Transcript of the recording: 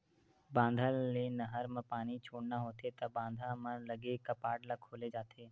बांधा ले नहर म पानी छोड़ना होथे त बांधा म लगे कपाट ल खोले जाथे